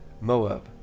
Moab